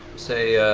say,